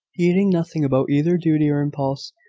heeding nothing about either duty or impulse.